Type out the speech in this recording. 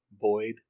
void